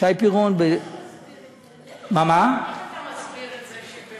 שי פירון --- איך אתה מסביר את זה?